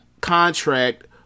contract